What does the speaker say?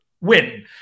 win